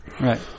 Right